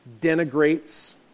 denigrates